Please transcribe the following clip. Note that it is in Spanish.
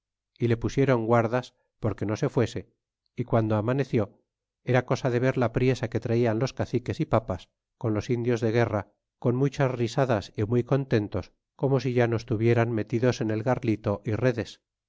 y le pusieron guardas porque no se fuese y cuando amaneció era cosa de ver la priesa que traian los caciques y papas con los indios de guerra con muchas risadas y muy contentos como si ya nos tuvieran metidos en el garlito á redes